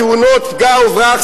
תאונות פגע וברח,